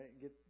Get